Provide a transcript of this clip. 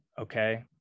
okay